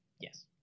Yes